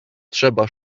trzeba